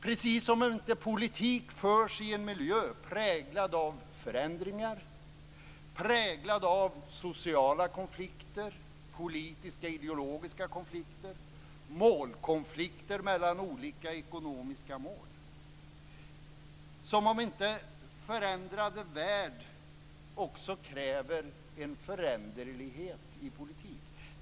Precis som inte politik förs i en miljö präglad av förändringar, präglad av sociala konflikter, av politiska och ideologiska konflikter, av målkonflikter mellan olika ekonomiska intressen. Som om inte en förändrad värld också kräver en föränderlighet i politik.